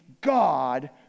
God